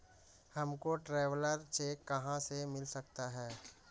हमको traveller cheque कहाँ से मिल सकता है?